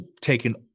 taken